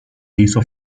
hizo